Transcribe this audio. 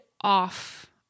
off